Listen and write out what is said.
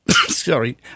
Sorry